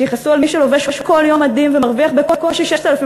שיכעסו על מי שלובש כל יום מדים ומרוויח בקושי 6,500